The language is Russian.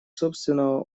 собственного